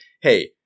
hey